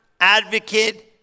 advocate